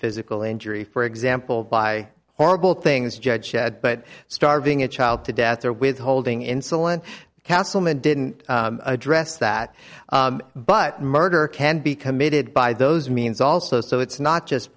physical injury for example by horrible things judge said but starving a child to death or withholding insulin castleman didn't address that but murder can be committed by those means also so it's not just